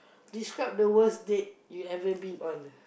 describe the worst date you ever been on